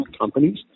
companies